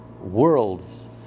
worlds